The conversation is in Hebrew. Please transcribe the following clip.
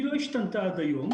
והיא לא השתנתה עד היום,